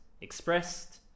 expressed